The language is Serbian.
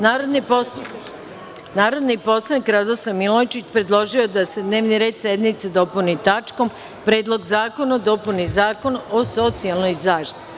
Narodni poslanik Radoslav Milojičić predložio je da se dnevni red sednice dopuni tačkom – Predlog zakona o dopuni Zakona o socijalnoj zaštiti.